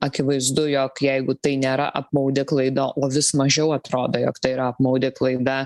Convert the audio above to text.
akivaizdu jog jeigu tai nėra apmaudi klaida o vis mažiau atrodo jog tai yra apmaudi klaida